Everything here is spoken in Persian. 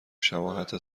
شباهت